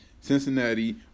Cincinnati